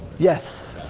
yes,